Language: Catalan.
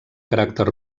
caràcter